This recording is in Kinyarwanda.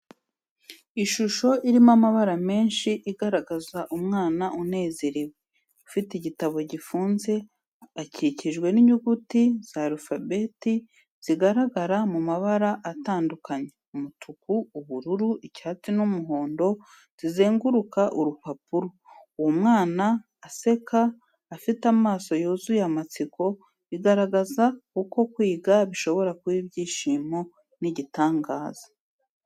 Ishusho irimo amabara menshi igaragaza umwana unezerewe ufite igitabo gifunze, akikijwe n’inyuguti za arufabeti zigaragara mu mabara atandukanye: umutuku, ubururu, icyatsi n’umuhondo zizenguruka urupapuro. Uwo mwana aseka, afite amaso yuzuye amatsiko, bigaragaza uko kwiga bishobora kuba ibyishimo n’igitangaza.